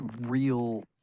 real